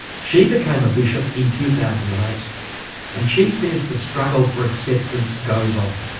she became a bishop in two thousand and eight and she says the struggle for acceptance goes on.